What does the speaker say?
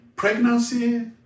Pregnancy